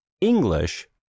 English